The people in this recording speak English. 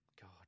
God